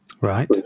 Right